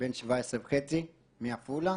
בן 17.5 מעפולה,